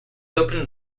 opened